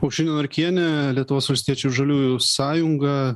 aušrinė norkienė lietuvos valstiečių ir žaliųjų sąjunga